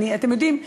אתם יודעים,